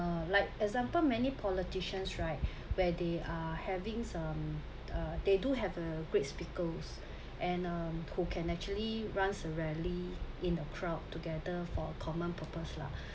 like example many politicians right where they are having some uh they do have a great speaker and uh who can actually runs a rally in a crowd together for common purpose lah